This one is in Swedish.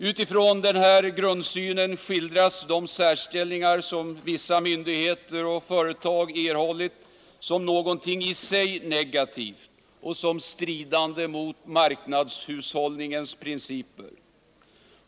Utifrån denna grundsyn skildras de särställningar som vissa myndigheter och företag erhållit som någonting i sig negativt och som stridande mot marknadshushållningens principer.